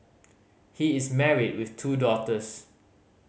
he is married with two daughters